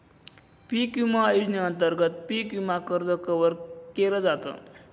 पिक विमा योजनेअंतर्गत पिक विमा कर्ज कव्हर केल जात